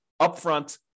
upfront